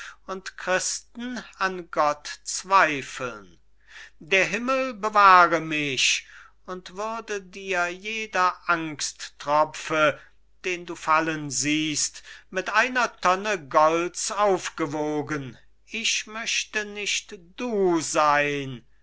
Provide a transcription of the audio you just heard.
und christen an gott zweifeln der himmel bewahre mich und würde dir jeder angsttropfe den du fallen siehst mit einer tonne golds aufgewogen ich möchte nicht du sein was